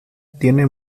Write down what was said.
tiene